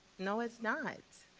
no, it's not.